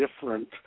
different